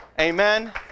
Amen